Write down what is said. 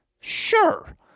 Sure